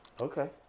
okay